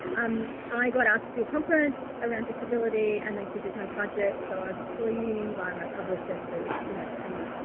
um. i got asked to do a conference around disability and they said, there's no budget. so i was pleading via my publisher to, you know, pay me.